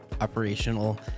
operational